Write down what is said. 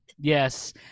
yes